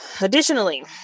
Additionally